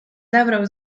zabrał